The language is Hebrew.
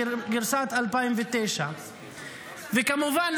גרסת 2009. כמובן,